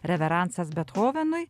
reveransas bethovenui